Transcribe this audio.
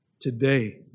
today